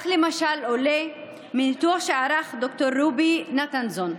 למשל, עולה מניתוח שערך ד"ר רובי נתנזון,